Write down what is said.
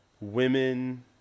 women